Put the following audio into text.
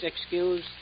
excuse